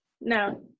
No